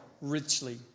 richly